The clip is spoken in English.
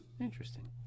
Interesting